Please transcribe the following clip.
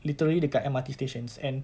literally dekat M_R_T stations and